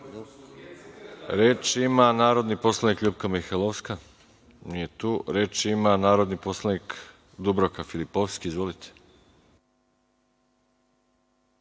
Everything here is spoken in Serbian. ima narodni poslanik Ljupka Mihajlovska. Nije tu. Reč ima narodni poslanik Dubravka Filipovski. Izvolite.